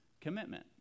commitment